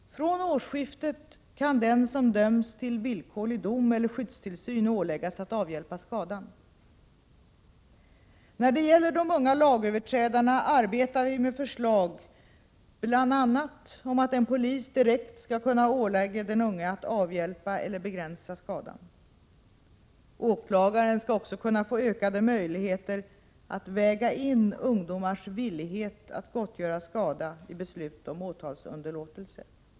Från årsskiftet kan den som döms till villkorlig dom eller skyddstillsyn åläggas att avhjälpa skadan. När det gäller de unga lagöverträdarna arbetar vi bl.a. med förslag om att en polis direkt skall kunna ålägga den unge att avhjälpa eller begränsa skadan. Åklagaren skall också kunna få ökade möjligheter att väga in ungdomars villighet att gottgöra skada i beslut om åtalsunderlåtelse.